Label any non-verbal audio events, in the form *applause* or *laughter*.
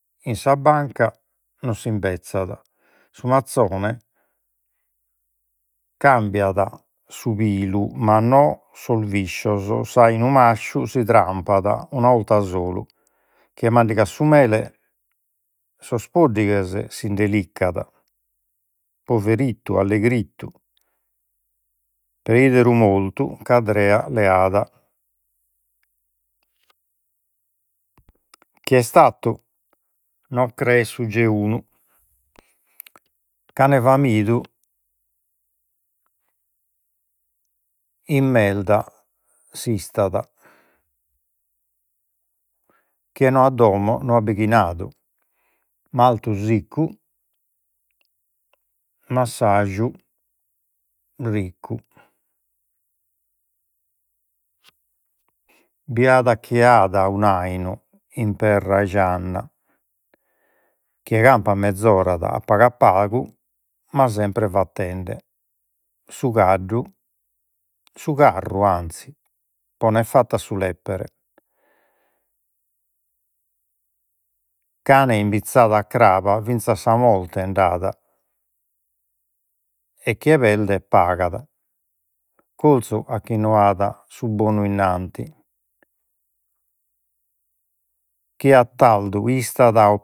In sa banca no s'imbezzat. Su mazzone cambiat su pilu *hesitation* sos viscios, s'ainu masciu si trampat una 'olta solu. Chie mandigat su mele sos poddighes sinde liccat, poverittu, allegrittu. Preideru mortu, cadrea leada, chie est tattu no creet su geunu, cane *hesitation* merda s'istat. Chie no at domo no ha bighinadu. Martu siccu *unintelligible* riccu. Biad'a chie *hesitation* un'ainu in perra 'e gianna. Chie campat mezorat, a pagu pagu, ma sempre fattende. Su caddu, su carru anzis, ponet fattu a su leppere. Cane imbizzadu a craba finzas'a sa morte nd'at, e chie perdet pagat. Corzu a su chi at su bonu innanti. Chie a tardu istat o